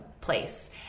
place